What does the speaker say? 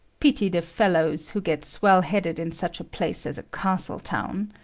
pity the fellows who get swell-headed in such a place as a castle-town!